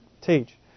teach